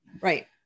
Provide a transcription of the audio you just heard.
right